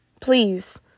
Please